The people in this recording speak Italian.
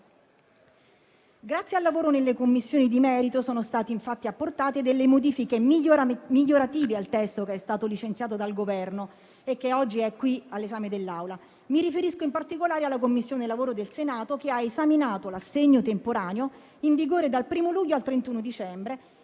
Grazie al lavoro nelle Commissioni di merito, sono state infatti apportate delle modifiche migliorative al testo che è stato licenziato dal Governo e che oggi è all'esame dell'Assemblea; mi riferisco in particolare alla Commissione lavoro del Senato, che ha esaminato l'assegno temporaneo in vigore dal 1° luglio al 31 dicembre